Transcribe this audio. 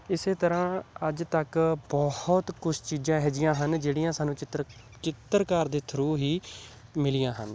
ਇਸੇ ਤਰ੍ਹਾਂ ਅੱਜ ਤੱਕ ਬਹੁਤ ਕੁਛ ਚੀਜ਼ਾਂ ਇਹੋ ਜਿਹੀਆਂ ਹਨ ਜਿਹੜੀਆਂ ਸਾਨੂੰ ਚਿੱਤਰ ਚਿੱਤਰਕਾਰ ਦੇ ਥਰੂ ਹੀ ਮਿਲੀਆਂ ਹਨ